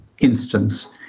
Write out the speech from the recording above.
instance